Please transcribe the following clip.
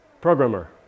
programmer